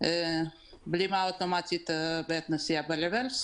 בלימה אוטומטית בעת נסיעה ברברס